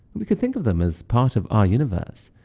we can think of them as part of our universe.